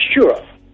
sure